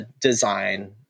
design